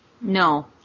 No